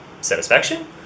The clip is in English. satisfaction